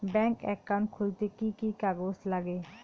Bank account খুলতে কি কি কাগজ লাগে?